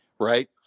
Right